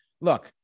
look